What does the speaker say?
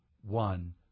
one